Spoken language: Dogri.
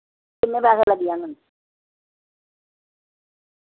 किन्ने पैसे लग्गी जागङ